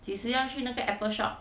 几时要去那个 apple shop